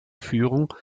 führung